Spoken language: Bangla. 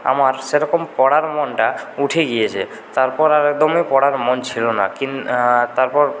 আমার সেরকম পড়ার মনটা উঠে গিয়েছে তারপর আর একদমই পড়ার মন ছিলো না কিন তারপর